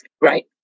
Right